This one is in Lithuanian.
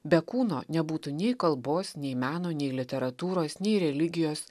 be kūno nebūtų nei kalbos nei meno nei literatūros nei religijos